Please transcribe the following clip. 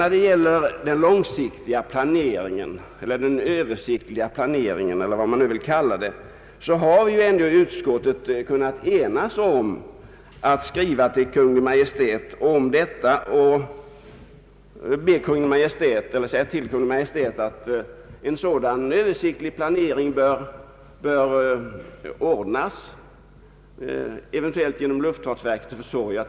När det gäller den långsiktiga eller den översiktliga planeringen — hur vi nu vill kalla det — har ju ändå utskottet kunnat enas om att skriva till Kungl. Maj:t och ge till känna vad utskottet anfört om en sådan planering, eventuellt genom luftfartsverkets försorg.